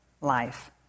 life